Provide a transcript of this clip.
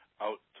out